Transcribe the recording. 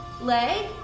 leg